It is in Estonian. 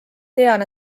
tean